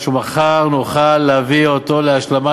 ומחר נוכל להביא אותו להשלמה,